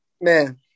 Man